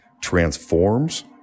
transforms